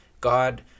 God